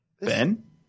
Ben